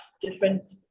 different